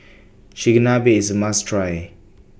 Chigenabe IS A must Try